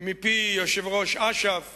מפי יושב-ראש אש"ף